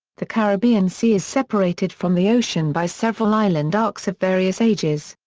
the caribbean sea is separated from the ocean by several island arcs of various ages.